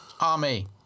Army